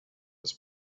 his